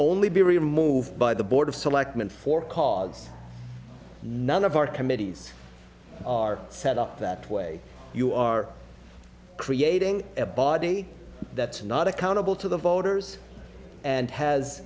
only be removed by the board of selectmen for cause none of our committees are set up that way you are creating a body that's not accountable to the voters and has